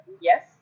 Yes